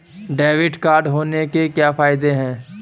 Debit card होने के क्या फायदे हैं?